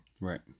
Right